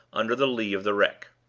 under the lee of the wreck.